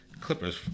Clippers